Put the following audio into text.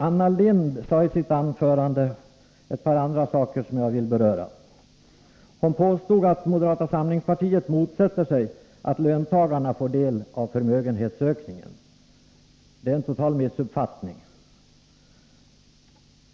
Anna Lindh sade i sitt anförande också ett par andra saker som jag vill beröra. Hon påstod att moderata samlingspartiet motsätter sig att löntagarna får del av förmögenhetsökningen. Det är en total missuppfattning.